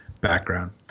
background